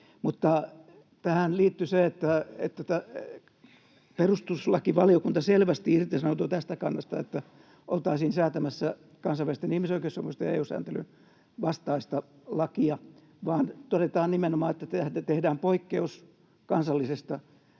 tähän liittyi se, että perustuslakivaliokunta selvästi irtisanoutui tästä kannasta, että oltaisiin säätämässä kansainvälisten ihmisoikeuksien ja EU-sääntelyn vastaista lakia, vaan todetaan nimenomaan, että tehdään poikkeus kansallisesta